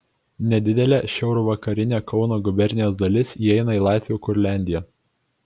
nedidelė šiaurvakarinė kauno gubernijos dalis įeina į latvių kurliandiją